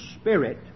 spirit